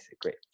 great